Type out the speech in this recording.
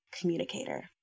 communicator